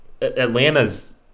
Atlanta's